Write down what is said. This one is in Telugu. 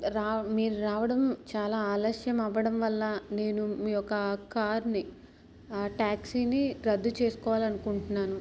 రావ్ మీరు రావడం చాలా ఆలస్యం అవ్వడం వల్ల నేను మీ యొక్క కార్ని ఆ ట్యాక్సీని రద్దు చేసుకోవాలనుకుంటున్నాను